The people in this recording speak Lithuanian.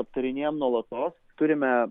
aptarinėjam nuolatos turime